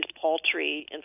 paltry